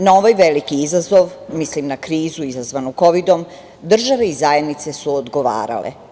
Na ovaj veliki izazov, mislim na krizu izazvanu kovidom, države i zajednice su odgovarale.